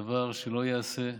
זה דבר שלא ייעשה.